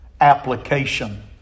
application